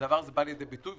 והדבר הזה בא לידי ביטוי,